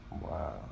Wow